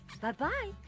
Bye-bye